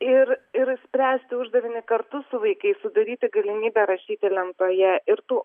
ir ir spręsti uždavinį kartu su vaikais sudaryti galimybę rašyti lentoje ir tų